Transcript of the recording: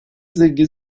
zengin